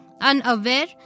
unaware